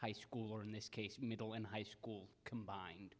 high school or in this case middle and high school combined